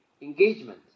engagement